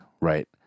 right